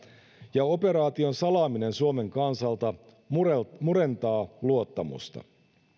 ja operaation salaaminen suomen kansalta murentaa murentaa hallituksen luottamusta